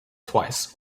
twice